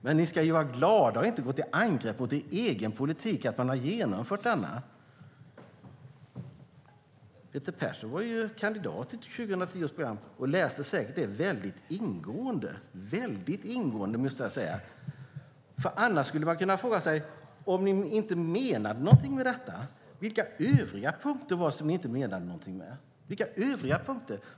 Ni ska vara glada och inte gå till angrepp mot er egen politik och att man har genomfört den. Peter Persson var ju kandidat till 2010 års program och läste det säkert väldigt ingående. Annars kan man fråga sig: Om ni inte menade någonting med detta, vilka övriga punkter var det som ni inte menade någonting med?